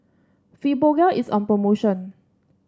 Fibogel is on promotion